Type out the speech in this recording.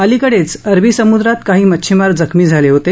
अलिकडेच अरबी समुद्रात काही मच्छिमार जखमी झाले होते